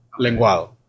lenguado